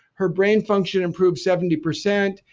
her brain function improved seventy percent.